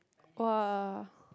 !wah!